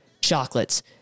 chocolates